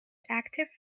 active